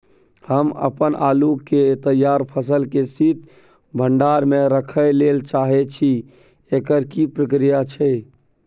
हम अपन आलू के तैयार फसल के शीत भंडार में रखै लेल चाहे छी, एकर की प्रक्रिया छै?